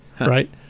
right